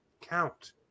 count